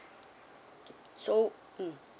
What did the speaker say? so mm